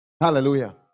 Hallelujah